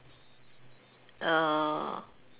err